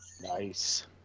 Nice